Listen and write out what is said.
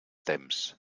temps